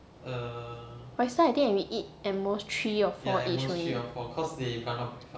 oyster I think we eat at most three or four each only